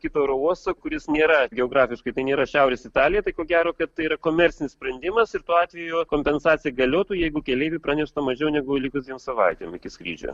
kito oro uosto kuris nėra geografiškai tai nėra šiaurės italija tai ko gero kad tai yra komercinis sprendimas ir tuo atveju kompensacija galiotų jeigu keleiviui pranešta mažiau negu likus dviem savaitėm iki skrydžio